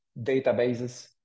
databases